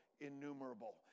innumerable